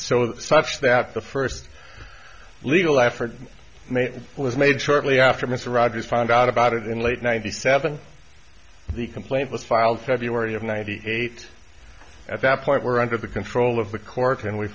stuff that the first legal effort made was made shortly after mr rogers found out about it in late ninety seven the complaint was filed february of ninety eight at that point we're under the control of the court and we